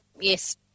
yes